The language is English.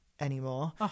anymore